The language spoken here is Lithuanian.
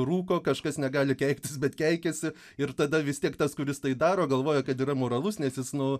rūko kažkas negali keiktis bet keikiasi ir tada vis tiek tas kuris tai daro galvoja kad yra moralus nes jis nu